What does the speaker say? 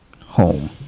home